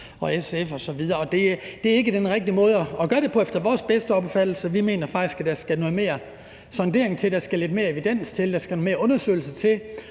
og SF osv. Det er ikke den rigtige måde at gøre det på efter vores bedste overbevisning; vi mener faktisk, der skal noget mere sondering til, der skal lidt mere evidens til, der skal noget mere undersøgelse til.